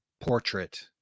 Portrait